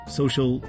social